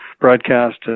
broadcast